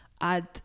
add